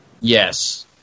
Yes